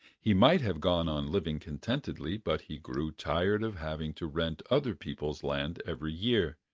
he might have gone on living contentedly, but he grew tired of having to rent other people's land every year,